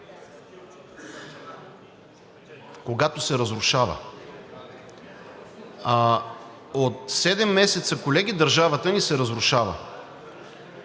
Когато се разрушава! От седем месеца, колеги, държавата ни се разрушава.